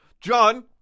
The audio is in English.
John